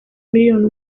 miliyoni